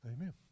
Amen